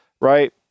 right